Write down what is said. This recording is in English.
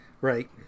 Right